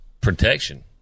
protection